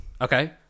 Okay